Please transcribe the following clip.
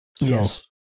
Yes